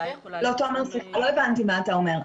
לא הבנתי מה אתה אומר.